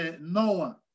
Noah